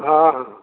ହଁ ହଁ